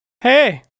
hey